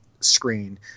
screen